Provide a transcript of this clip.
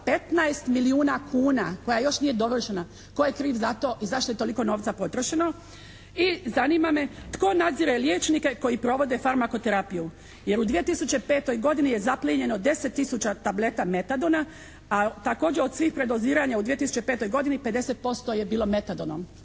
15 milijuna kuna koja još nije dovršena, tko je kriv za to i zašto je toliko novca potrošeno. I zanima me tko nadzire liječnike koji provode farmako terapiju. Jer u 2005. godini je zaplijenjeno 10 tisuća tableta metadona, a također od svih predoziranja u 2005. godini 50% je bilo metadonom.